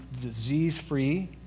disease-free